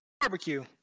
Barbecue